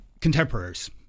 Contemporaries